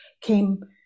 came